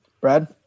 Brad